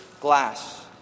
glass